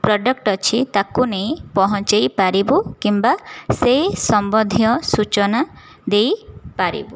product ଅଛି ତାକୁ ନେଇ ପହଞ୍ଚାଇପାରିବୁ କିମ୍ବା ସେହି ସମ୍ବନ୍ଧୀୟ ସୂଚନା ଦେଇପାରିବୁ